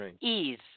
ease